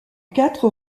quatre